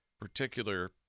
particular